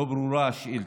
לא ברורה השאילתה.